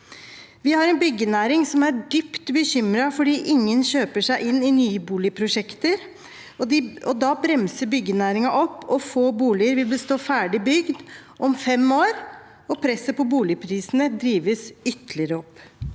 Vi har en byggenæring som er dypt bekymret fordi ingen kjøper seg inn i nye boligprosjekter. Da bremser byggenæringen opp, og få boliger vil stå ferdigbygd om fem år, og presset på boligprisene drives ytterligere opp.